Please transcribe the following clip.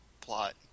plot